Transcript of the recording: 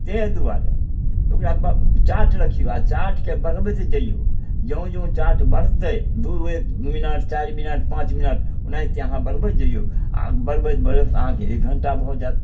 तैं दुआरे ओकरा ब चार्ट रखियौ आओर चार्टके बढ़बैत जइयौ जों जों चार्ट बढ़तै दू मिनट चारि मिनट पाँच मिनट ओनाहिते अहाँ बढ़बैत जइयौ आओर बढ़बैत बढ़बैत अहाँके एक घण्टा भऽ जायत